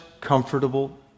Comfortable